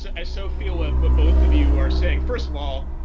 so i so feel what what both of you are saying. first of all,